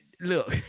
Look